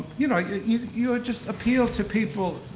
you know yeah you you would just appeal to people,